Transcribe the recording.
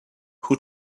who